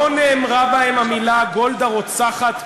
לא נאמרה בהן המילה "גולדה רוצחת",